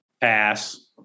Pass